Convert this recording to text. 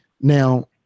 Now